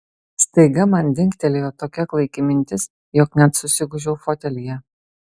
staiga man dingtelėjo tokia klaiki mintis jog net susigūžiau fotelyje